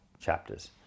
chapters